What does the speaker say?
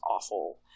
awful